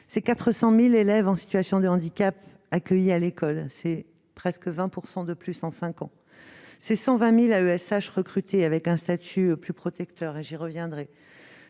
ces 400000 élèves en situation de handicap accueillis à l'école, c'est presque 20 % de plus en 5 ans, c'est 120000 AESH recruté avec un statut plus protecteur et j'y reviendrai,